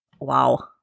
Wow